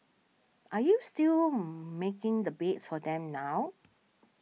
are you still making the beds for them now